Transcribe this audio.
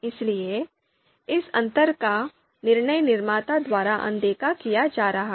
इसलिए इस अंतर को निर्णय निर्माता द्वारा अनदेखा किया जा रहा है